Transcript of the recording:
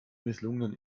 misslungenen